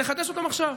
ונחדש אותם עכשיו.